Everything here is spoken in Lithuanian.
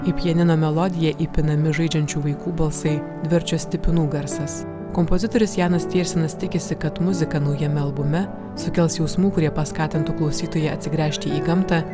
į pianino melodiją įpinami žaidžiančių vaikų balsai dviračio stipinų garsas kompozitorius janas tiersenas tikisi kad muzika naujame albume sukels jausmų kurie paskatintų klausytoją atsigręžti į gamtą